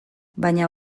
baina